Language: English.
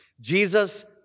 Jesus